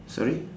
sorry